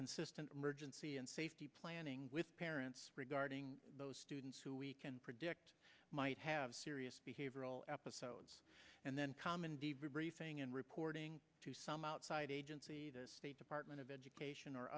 consistent emergency and safety planning with parents regarding those students who we can predict might have serious behavioral episodes and then common d v briefing and reporting to some outside agency the state department of education or